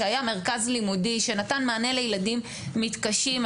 שהיה מרכז לימודי שנתן מענה לילדים מתקשים,